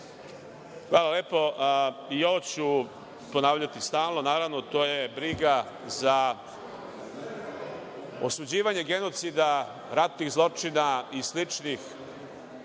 Hvala.I ovo ću ponavljati stalno. Naravno, to je briga za osuđivanje genocida, ratnih zločina i sličnih